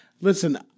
Listen